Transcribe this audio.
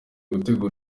gutegura